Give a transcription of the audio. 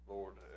Lord